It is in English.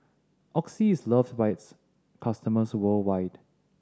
Oxy is loved by its customers worldwide